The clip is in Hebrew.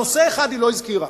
נושא אחד היא לא הזכירה,